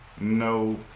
no